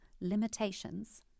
limitations